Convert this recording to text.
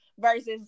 Versus